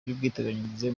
y’ubwiteganyirize